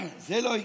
זה לא יקרה.